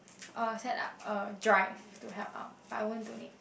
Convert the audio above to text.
I will set up a drive to help out but I don't donate